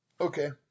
Okay